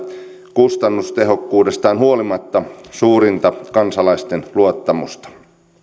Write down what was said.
kustannustehokkuudestaan huolimatta suurinta kansalaisten luottamusta